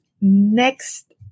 next